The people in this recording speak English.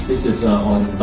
this is ah